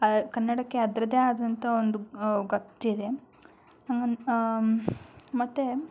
ಕನ್ನಡಕ್ಕೆ ಅದರದ್ದೇ ಆದಂತಹ ಒಂದು ಗತ್ತಿದೆ ಹಂಗಂ ಮತ್ತೆ